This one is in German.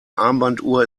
armbanduhr